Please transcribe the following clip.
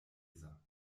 weser